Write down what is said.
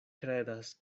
kredas